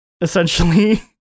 essentially